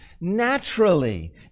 naturally